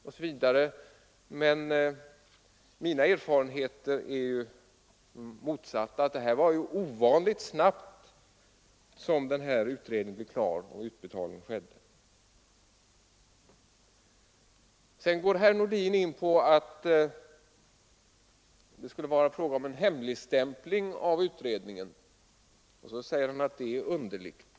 Men enligt mina erfarenheter var det ovanligt snabbt som den här utredningen blev klar och utbetalning skedde. Sedan går herr Nordin in på att det skulle vara fråga om en hemligstämpling av utredningen, vilket han tycker är underligt.